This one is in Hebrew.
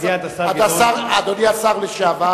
אדוני השר לשעבר